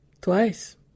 Twice